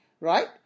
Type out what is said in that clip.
Right